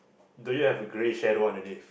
do you have a grey shadow underneath